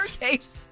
case